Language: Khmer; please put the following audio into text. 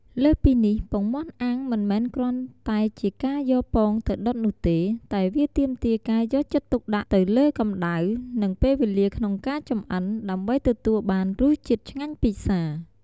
លើសពីនេះ ពងមាន់អាំង មិនមែនគ្រាន់តែជាការយកពងទៅដុតនោះទេ តែវាទាមទារការយកចិត្តទុកដាក់ទៅលើកម្តៅ និងពេលវេលាក្នុងការចម្អិន ដើម្បីទទួលបានរសជាតិឆ្ងាញ់ពិសារ។